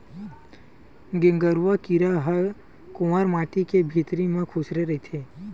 गेंगरूआ कीरा ह कोंवर माटी के भितरी म खूसरे रहिथे